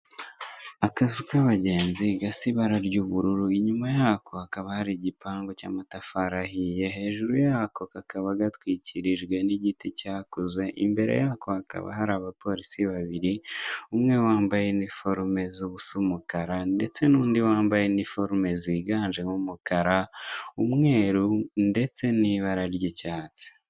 Akazu k'abagenzi gasa ibara ry'ubururu, inyuma yako hakaba hari igipangu cy'amatafari ahiye, hejuru yako kakaba gatwikirijwe n'igiti cyakuze, imbere yako hakaba hari abapolisi babiri umwe wambaye iniforume zubusa umukara, ndetse n'undi wambaye iniforume ziganjemo umukara, umweru, ndetse n'ibara ry'icyatsi.